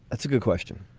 that's a good question.